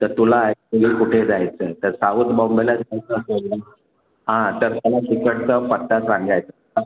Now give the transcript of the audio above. तर तुला ॲक्चुअली कुठे जायचं आहे तर साऊथ बॉम्बेला जायचं असेल हां तर त्याला तिकडचा पत्ता सांगायचा